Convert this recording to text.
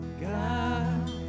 God